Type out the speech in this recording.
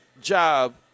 job